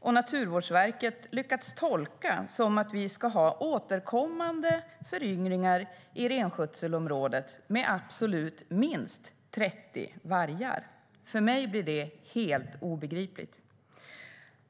och Naturvårdsverket lyckats tolka som att vi ska ha återkommande föryngringar i renskötselområdet med absolut minst 30 vargar. För mig blir det helt obegripligt.